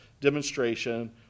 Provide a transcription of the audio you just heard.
demonstration